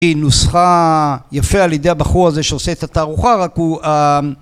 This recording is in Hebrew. היא נוסחה יפה על ידי הבחור הזה שעושה את התערוכה, רק הוא